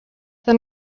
than